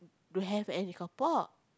don't have any carpark